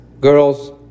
girls